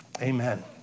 amen